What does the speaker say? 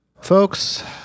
Folks